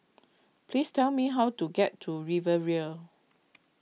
please tell me how to get to Riviera